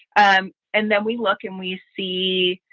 um and then we look and we see,